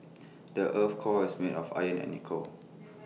the Earth's core is made of iron and nickel